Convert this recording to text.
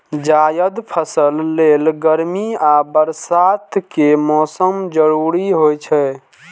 जायद फसल लेल गर्मी आ बरसात के मौसम जरूरी होइ छै